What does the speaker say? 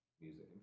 music